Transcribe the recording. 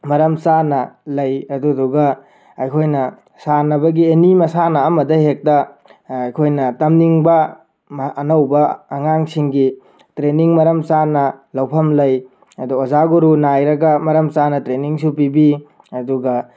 ꯃꯔꯝꯆꯥꯅ ꯂꯩ ꯑꯗꯨꯗꯨꯒ ꯑꯩꯈꯣꯏꯅ ꯁꯥꯟꯅꯕꯒꯤ ꯑꯦꯅꯤ ꯃꯁꯥꯟꯅ ꯑꯃꯗ ꯍꯦꯛꯇ ꯑꯩꯈꯣꯏꯅ ꯇꯝꯅꯤꯡꯕ ꯑꯩꯅꯧꯕ ꯑꯉꯥꯡꯁꯤꯡꯒꯤ ꯇ꯭ꯔꯦꯅꯤꯡ ꯃꯔꯝ ꯆꯥꯅ ꯂꯧꯐꯝ ꯂꯩ ꯑꯗꯣ ꯑꯣꯖꯥ ꯒꯨꯔꯨ ꯅꯥꯏꯔꯒ ꯃꯔꯝ ꯆꯥꯅ ꯇ꯭ꯔꯦꯅꯤꯡꯁꯨ ꯄꯤꯕꯤ ꯑꯗꯨꯒ